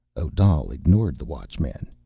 odal ignored the watchman.